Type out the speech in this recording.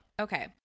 Okay